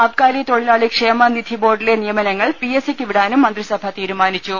അബ്കാരി തൊഴിലാളി ക്ഷേമനിധി ബോർഡിലെ നിയമനങ്ങൾ പി എസ് സിയ്ക്കു വിടാനും മന്ത്രി സഭ തീരുമാനിച്ചു